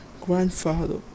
grandfather